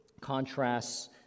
contrasts